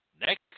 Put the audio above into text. Next